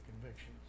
convictions